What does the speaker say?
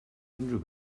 unrhyw